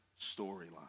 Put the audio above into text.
storyline